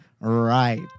right